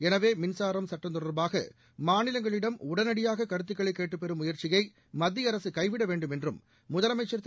எனவே மின்சாரம் சுட்டம் தொடர்பாக மாநிலங்களிடம் உட்டையாக கருத்துக்களை கேட்டு பெறும் முயற்சியை மத்திய அரசு கைவிட வேண்டும் என்றும் முதலமைக்ள் திரு